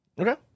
Okay